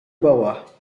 bawah